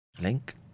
link